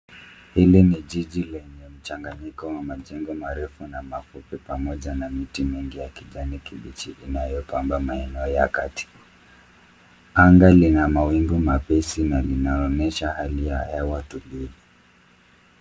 Hili ni jiji lenye mchanganyiko wa majengo marefu na mafupi pamoja na miti mingi ya kijani kibichi inayopamba maeneo ya kati. Anga lina mawingu mepesi na linaonyesha hali ya hewa tulivu.